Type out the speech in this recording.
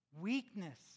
Weakness